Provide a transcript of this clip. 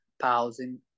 pausing